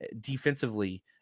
defensively